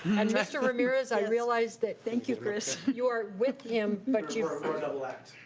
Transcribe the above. and mr. ramirez, i realize that, thank you, chris, you are with him, but you. we're a double act.